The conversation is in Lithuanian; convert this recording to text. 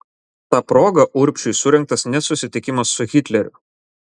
ta proga urbšiui surengtas net susitikimas su hitleriu